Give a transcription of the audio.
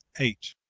eight.